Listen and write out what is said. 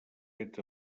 fet